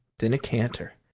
then a canter,